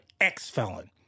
ex-felon